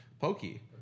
pokey